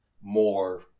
more